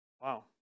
Wow